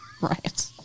Right